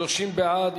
30 בעד.